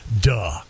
duh